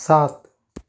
सात